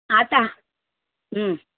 अतः